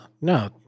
No